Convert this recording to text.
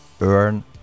earn